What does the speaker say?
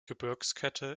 gebirgskette